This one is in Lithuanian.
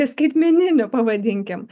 skaitmeninių pavadinkim